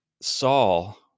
Saul